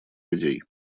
людей